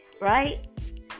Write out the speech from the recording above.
right